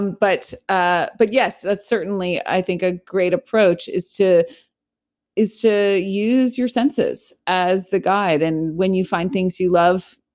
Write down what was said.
um but ah but, yes, that's certainly i think a great approach, is to is to use your senses as the guide. and when you find things you love,